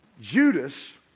Judas